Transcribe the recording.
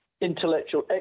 intellectual